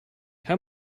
how